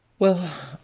well,